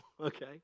okay